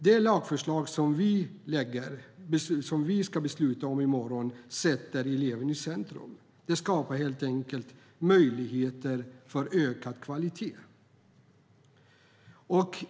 Det lagförslag som vi ska besluta om på tisdag sätter eleven i centrum. Det skapar helt enkelt möjligheter för ökad kvalitet.